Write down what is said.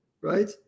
Right